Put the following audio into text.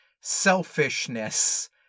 selfishness